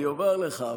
אני אומר לך,